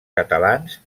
catalans